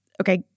Okay